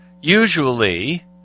usually